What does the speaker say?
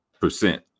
percent